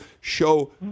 show